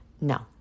No